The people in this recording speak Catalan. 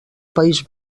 país